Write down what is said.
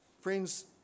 Friends